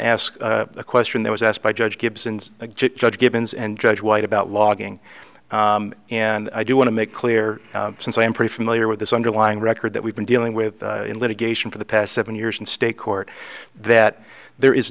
ask a question that was asked by judge gibson's a judge gibbons and judge white about logging and i do want to make clear since i am pretty familiar with this underlying record that we've been dealing with litigation for the past seven years in state court that there is